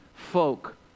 folk